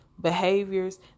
behaviors